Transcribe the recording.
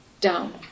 down